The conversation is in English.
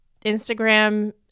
Instagram